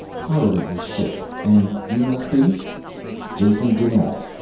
pilot of this ship. and you must be jason dinalt.